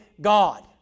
God